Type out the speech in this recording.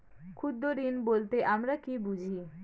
ক্ষুদ্র ঋণ বলতে আমরা কি বুঝি?